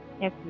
Yes